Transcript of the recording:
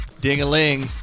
Ding-a-ling